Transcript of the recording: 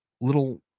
little